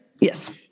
Yes